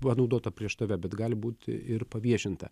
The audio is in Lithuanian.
panaudota prieš tave bet gali būti ir paviešinta